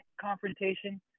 confrontation